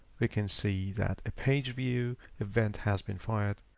we can see that a page view event has been fired.